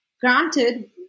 granted